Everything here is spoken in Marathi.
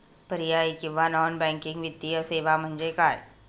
पर्यायी किंवा नॉन बँकिंग वित्तीय सेवा म्हणजे काय?